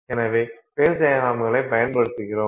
எனவே ஃபேஸ் டையக்ரம்களைப் பயன்படுத்துகிறோம்